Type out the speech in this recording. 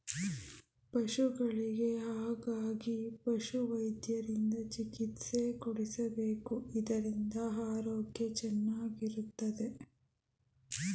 ಪಶುಗಳಿಗೆ ಹಾಗಾಗಿ ಪಶುವೈದ್ಯರಿಂದ ಚಿಕಿತ್ಸೆ ಕೊಡಿಸಬೇಕು ಇದರಿಂದ ಆರೋಗ್ಯ ಚೆನ್ನಾಗಿರುತ್ತದೆ